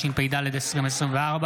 התשפ"ד 2024,